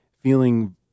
feeling